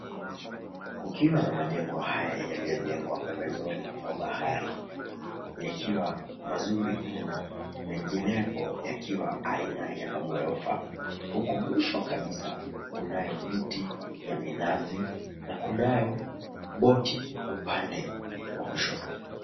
Kukiwa na majengo haya yaliyojengwa pembezoni mwa bahari yakiwa mazuri mno menginepo yakiwa aina ya maghorofa huku mwisho kabisa kunayo mti ya minazi na kunayo boti upande wa kushoto.